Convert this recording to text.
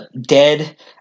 dead